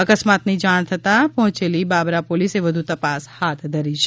અકસ્માતની જાણ થતા પહોંચેલી બાબરા પોલીસે વધુ તપાસ હાથ ધરી છે